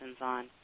on